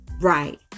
Right